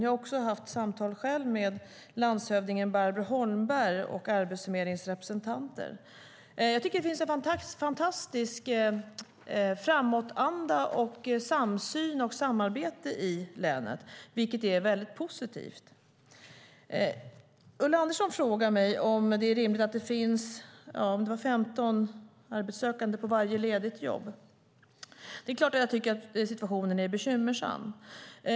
Jag har själv haft samtal med landshövdingen Barbro Holmberg och Arbetsförmedlingens representanter. Jag tycker att det finns en fantastisk framåtanda och samsyn och ett fantastiskt samarbete i länet, vilket är väldigt positivt. Ulla Andersson frågar mig om det är rimligt att det finns 15 arbetssökande på varje ledigt jobb. Det är klart att jag tycker att situationen är bekymmersam.